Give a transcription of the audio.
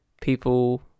people